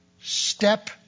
step